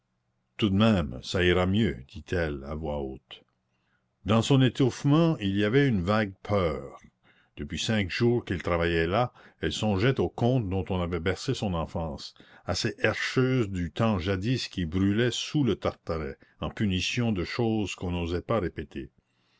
tout de même ça ira mieux dit-elle à voix haute dans son étouffement il y avait une vague peur depuis cinq jours qu'ils travaillaient là elle songeait aux contes dont on avait bercé son enfance à ces herscheuses du temps jadis qui brûlaient sous le tartaret en punition de choses qu'on n'osait pas répéter